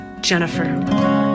Jennifer